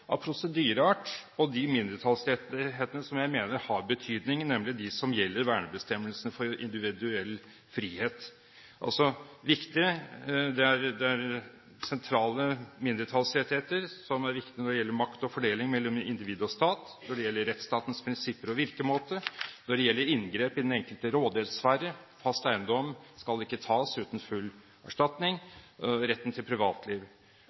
av prosedyreart og de mindretallsrettighetene som jeg mener har betydning, nemlig dem som gjelder vernebestemmelsene for individuell frihet, sentrale mindretallsrettigheter som er viktig når det gjelder makt og fordeling mellom individ og stat, rettsstatens prinsipper og virkemåte, inngrep i den enkeltes rådighetssfære, som at fast eiendom skal ikke tas uten full erstatning, retten til privatliv,